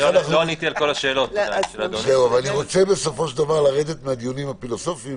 אני רוצה לרדת מהדיונים הפילוסופיים